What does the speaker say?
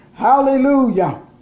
hallelujah